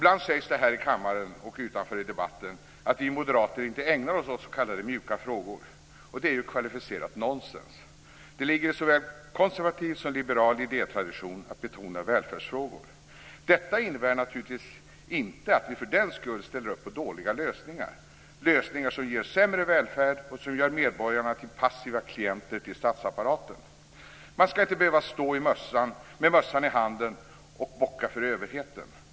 Det sägs ibland här i kammaren och i debatten utanför den att vi moderater inte ägnar oss åt s.k. mjuka frågor. Det är kvalificerat nonsens. Det ligger i såväl konservativ som liberal idétradition att betona välfärdsfrågor. Detta innebär naturligtvis inte att vi för den skull ställer upp på dåliga lösningar, lösningar som ger sämre välfärd och som gör medborgarna till passiva klienter till statsapparaten. Man ska inte behöva stå med mössan i handen och bocka för överheten.